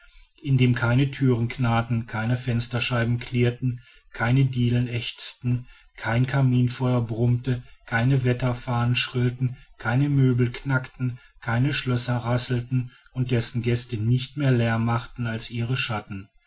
dem keine thüren knarrten keine fensterscheiben klirrten keine dielen ächzten kein kaminfeuer brummte keine wetterfahnen schrillten keine möbel knackten keine schlösser rasselten und dessen gäste nicht mehr lärm machten als ihr schatten